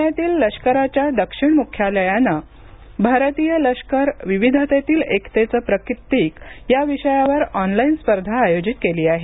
पुण्यातील लष्कराच्या दक्षिण मुख्यालयानं भारतीय लष्कर विविधतेतील एकतेचं प्रतीक या विषयावर ऑनलाईन स्पर्धा आयोजित केली आहे